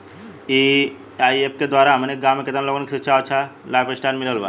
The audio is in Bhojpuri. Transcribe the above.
ए.आई.ऐफ के द्वारा हमनी के गांव में केतना लोगन के शिक्षा और अच्छा लाइफस्टाइल मिलल बा